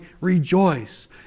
rejoice